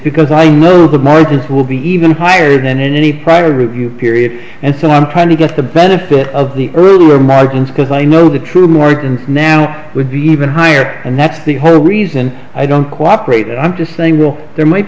because i know the market will be even higher than any prior review period and so i'm trying to get the benefit of the earlier markings because i know the true morgan now would be even higher and that's the whole reason i don't cooperate i'm just saying we'll there might